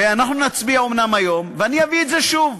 אנחנו נצביע אומנם היום, ואני אביא את זה שוב.